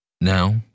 Now